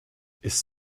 ist